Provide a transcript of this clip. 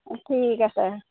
অঁ ঠিক আছে